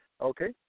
Okay